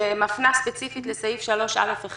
שמפנה ספציפית לסעיף 3(א1),